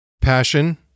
Passion